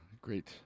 great